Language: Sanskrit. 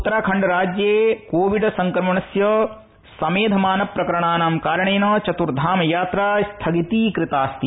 उत्तराखण्ड राज्ये कोविड संक्रमणस्य समेधमान प्रकरणाना कारणेन चतुर्धाम यात्रा स्थगितीकृतास्ति